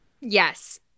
Yes